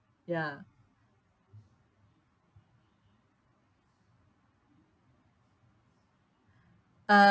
ya uh